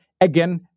again